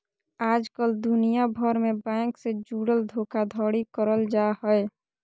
आजकल दुनिया भर मे बैंक से जुड़ल धोखाधड़ी करल जा हय